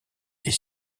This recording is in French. est